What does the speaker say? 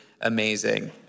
amazing